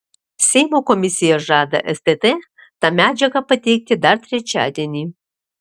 seimo komisija žada stt tą medžiagą pateikti dar trečiadienį